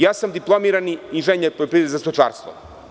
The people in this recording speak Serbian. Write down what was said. Ja sam diplomirani inženjer poljoprivrede za stočarstvo.